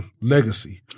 legacy